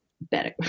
better